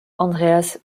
andreas